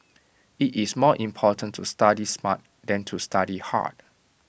IT is more important to study smart than to study hard